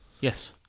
Yes